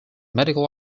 medical